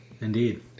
Indeed